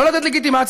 לא לתת לגיטימציה.